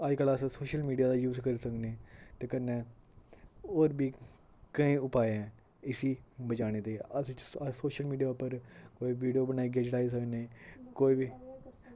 अजकल्ल अस social media दा यूज करी सकने ते कन्नै होर बी केईं उपाय ऐं इस्सी बचाने ताईं अस अस सोशल मीडिया उप्पर वीडियो बनाइयै चढ़ाई सकने कोई वी